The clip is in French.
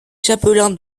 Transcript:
chapelain